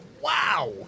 Wow